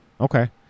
Okay